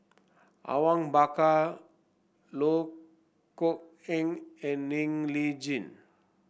Awang Bakar Loh Kok Heng and Ng Li Chin